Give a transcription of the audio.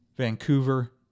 Vancouver